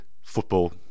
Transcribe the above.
Football